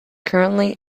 currently